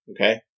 okay